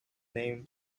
name